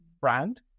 Brand